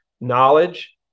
knowledge